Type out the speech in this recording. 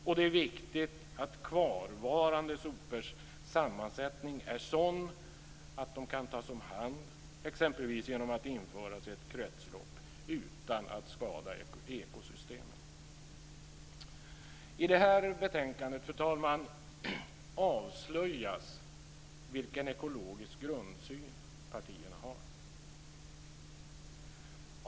Och det är viktigt att kvarvarande sopors sammansättning är sådan att de kan tas om hand exempelvis genom att införas i ett kretslopp utan att skada ekosystemen. Herr talman! Det här betänkandet avslöjar vilken ekologisk grundsyn som partierna har.